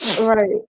right